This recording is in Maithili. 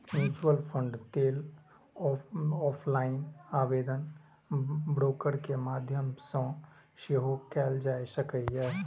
म्यूचुअल फंड लेल ऑफलाइन आवेदन ब्रोकर के माध्यम सं सेहो कैल जा सकैए